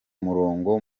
murongo